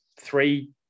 three